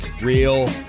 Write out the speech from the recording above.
Real